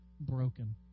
broken